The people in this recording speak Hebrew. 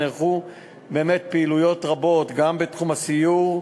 נערכו באמת פעילויות רבות גם בתחום הסיור,